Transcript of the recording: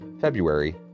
February